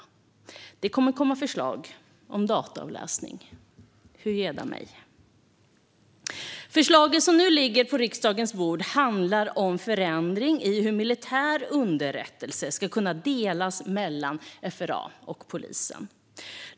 Det kommer att komma förslag om dataavläsning - hujedamej! Polisens tillgång till underrättelser från Försvarets radioanstalt Förslaget som nu ligger på riksdagens bord handlar om förändring i hur militär underrättelse ska kunna delas mellan FRA och polisen.